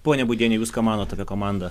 ponia būdiene jūs ką manot apie komandą